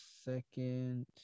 second